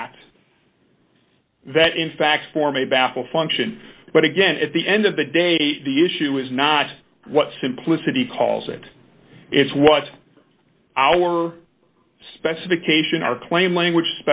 a baffle function but again at the end of the day the issue is not what simplicity calls it it's what our specification our plain language